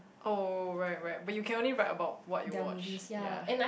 oh right right but you can only write about what you watch ya